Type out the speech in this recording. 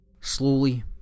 Slowly